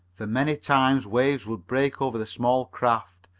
for many times waves would break over the small craft,